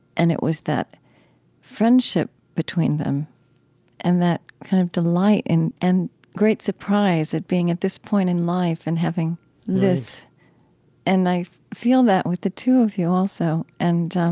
and it was that friendship between them and that kind of delight and great surprise at being at this point in life and having this and i feel that with the two of you also, and